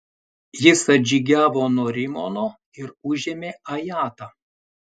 jis atžygiavo nuo rimono ir užėmė ajatą